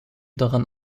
daran